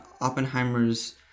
Oppenheimer's